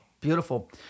Beautiful